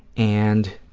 and